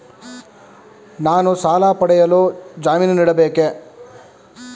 ನಾನು ಸಾಲ ಪಡೆಯಲು ಜಾಮೀನು ನೀಡಬೇಕೇ?